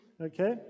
Okay